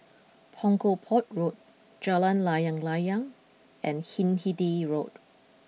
Punggol Port Road Jalan Layang Layang and Hindhede Rode